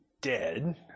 dead